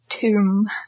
tomb